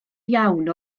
iawn